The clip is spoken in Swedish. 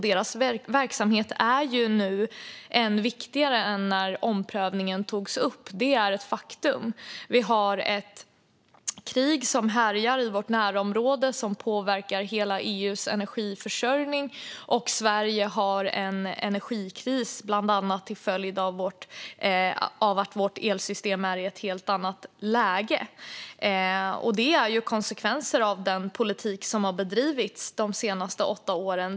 Deras verksamhet är nu än viktigare än när omprövningen togs upp. Det är ett faktum. Vi har ett krig som härjar i vårt närområde. Det påverkar hela EU:s energiförsörjning. Sverige har en energikris bland annat till följd av att vårt elsystem är i ett helt annat läge. Det är konsekvenser av den politik som har bedrivits de senaste åtta åren.